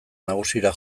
nagusira